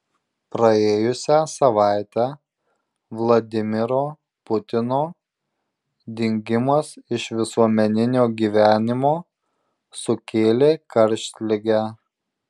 praėjusią savaitę vladimiro putino dingimas iš visuomeninio gyvenimo sukėlė karštligę